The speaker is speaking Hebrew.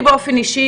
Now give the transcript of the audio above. אני באופן אישי,